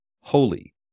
holy